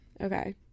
okay